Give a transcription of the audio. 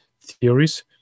theories